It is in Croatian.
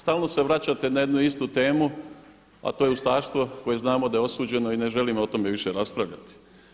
Stalno se vraćate na jednu istu temu, a to je ustaštvo koje znamo da je osuđeno i ne želimo o tome više raspravljati.